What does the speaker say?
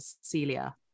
Celia